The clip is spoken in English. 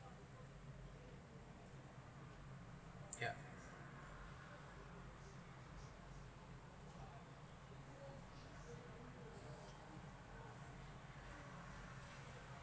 yeah